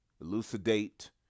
elucidate